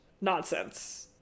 nonsense